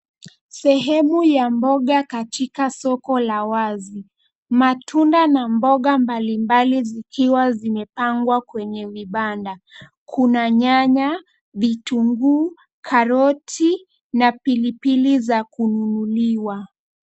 Sehemu ya mboga katika soko la wazi. Matunda na mboga mbalimbali zikiwa zimepangwa kwenye vibanda. Kuna nyanya ,vitunguu, karoti na pilipili za kununuliwa.